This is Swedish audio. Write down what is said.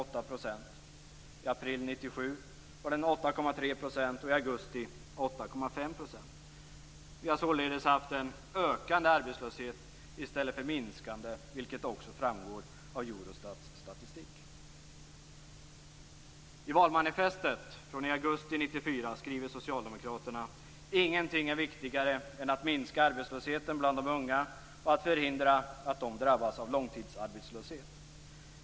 I april 1997 var den 8,3 % och i augusti 8,5 %. Vi har således haft en ökande arbetslöshet i stället för minskande, vilket också framgår av Eurostats statistik. "Ingenting är viktigare än att minska arbetslösheten bland de unga och att förhindra att de drabbas av långtidsarbetslöshet.